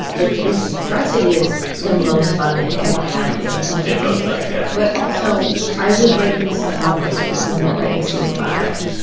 like, this broad city is the most fun i've ever had doing something it looks like it but also i was writing this on top of when we were writing season five.